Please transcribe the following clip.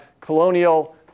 colonial